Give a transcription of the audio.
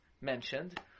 mentioned